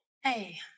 Hey